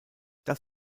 das